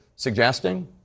suggesting